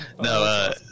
no